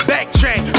Backtrack